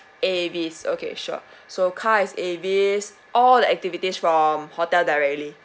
Avis okay sure so car is Avis all the activities from hotel directly